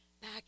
back